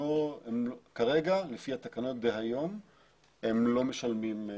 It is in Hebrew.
כרגע, לפי התקנות היום הם לא משלמים.